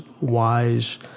wise